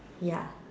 ya